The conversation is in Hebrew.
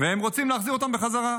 והם רוצים להחזיר אותם בחזרה.